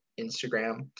Instagram